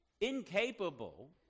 incapable